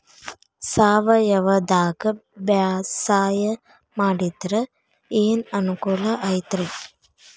ಸಾವಯವದಾಗಾ ಬ್ಯಾಸಾಯಾ ಮಾಡಿದ್ರ ಏನ್ ಅನುಕೂಲ ಐತ್ರೇ?